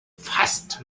fast